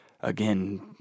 again